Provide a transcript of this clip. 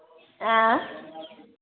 आँय